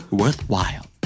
worthwhile